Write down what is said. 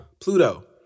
Pluto